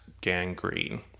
gangrene